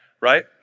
right